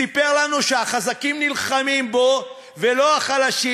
סיפר לנו שהחזקים נלחמים בו ולא החלשים,